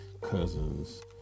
cousins